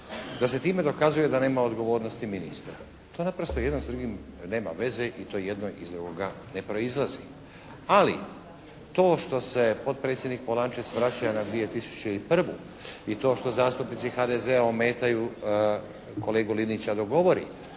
da se time dokazuje da nema odgovornosti ministra. To naprosto jedno s drugim nema veze i to jedno iz ovoga ne proizlazi. Ali to što se potpredsjednik Polančec vrača na 2001. i to što zastupnici HDZ-a ometaju kolegu Linića dok govori